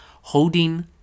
holding